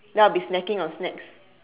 then I'll be snacking on snacks